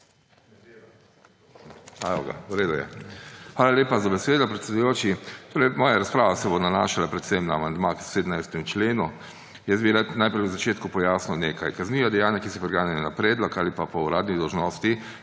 Hvala lepa za besedo, predsedujoči. Moja razprava se bo nanašala predvsem na amandma k 17. členu. Na začetku bi rad pojasnil nekaj. Kaznivo dejanje, ki se preganja na predlog ali pa po uradni dolžnosti,